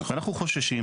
אנחנו חוששים,